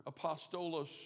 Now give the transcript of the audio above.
apostolos